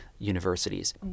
universities